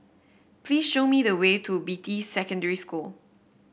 please show me the way to Beatty Secondary School